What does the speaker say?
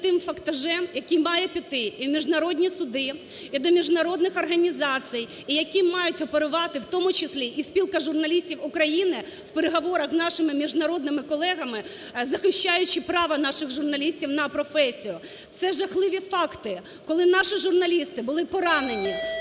є тим фактажем, який має піти і в міжнародні суди, і до міжнародних організацій, і які мають оперувати, в тому числі і Спілка журналістів України, в переговорах з нашими міжнародними колегами, захищаючи право наших журналістів на професію. Це жахливі факти, коли наші журналісти були поранені,